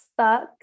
stuck